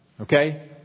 Okay